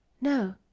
No